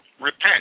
Repent